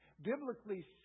Biblically